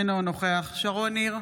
אינו נוכח שרון ניר,